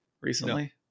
recently